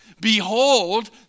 behold